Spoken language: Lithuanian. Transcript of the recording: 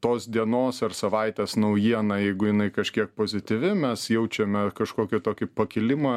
tos dienos ar savaitės naujiena jeigu jinai kažkiek pozityvi mes jaučiame kažkokį tokį pakilimą